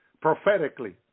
prophetically